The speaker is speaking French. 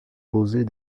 posées